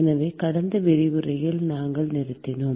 எனவே கடந்த விரிவுரையில் நாம் நிறுத்தினோம்